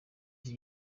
iki